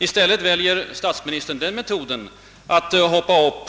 I stället valde statsministern metoden att ta